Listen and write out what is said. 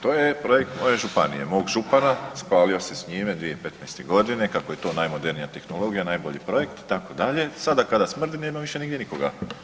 To je projekt moje županije, mog župana, hvalio se s njime 2015.g. kako je to najmodernija tehnologija, najbolji projekt itd., sada kada smrdi nema više nigdje nikoga.